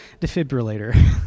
defibrillator